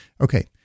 Okay